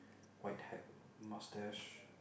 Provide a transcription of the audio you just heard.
white hat mustache